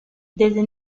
desde